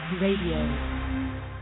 Radio